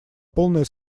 полное